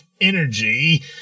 energy